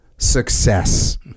success